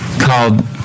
called